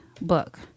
book